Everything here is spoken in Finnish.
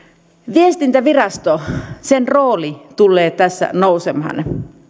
viestintäviraston rooli tulee tässä nousemaan